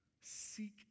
seek